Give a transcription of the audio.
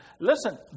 Listen